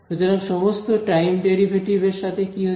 সুতরাং সমস্ত time derivative এর সাথে কি হচ্ছে